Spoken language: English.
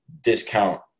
discount